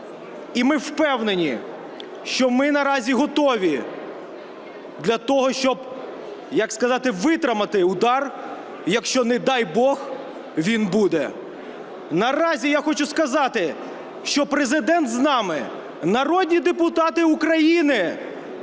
І ми впевнені, що ми наразі готові для того, щоб, як сказати, витримати удар, якщо, не дай бог, він буде. Наразі я хочу сказати, що Президент з нами. Народні депутати України,